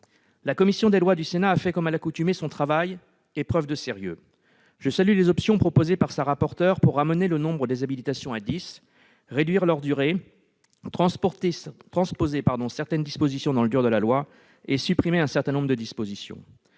La commission des lois du Sénat a fait, comme à l'accoutumée, son travail avec sérieux. Je salue les options proposées par sa rapporteure pour ramener le nombre des habilitations à 10, pour réduire la durée de celles-ci, pour transposer certaines dispositions dans le dur de la loi et pour supprimer un certain nombre de dispositions.